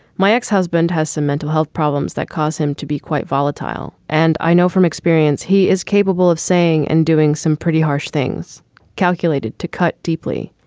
my ex-husband has some mental health problems that cause him to be quite volatile. and i know from experience he is capable of saying and doing some pretty harsh things calculated to cut deeply.